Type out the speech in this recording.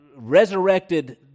Resurrected